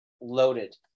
loaded